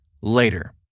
later